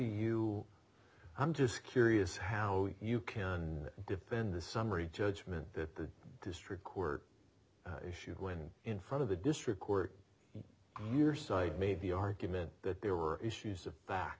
you i'm just curious how you can defend the summary judgment that the district court issued when in front of the district court your side made the argument that there were issues